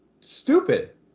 stupid